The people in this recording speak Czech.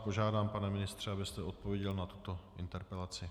Požádám vás, pane ministře, abyste odpověděl na tuto interpelaci.